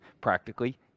practically